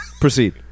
proceed